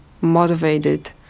motivated